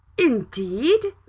indeed!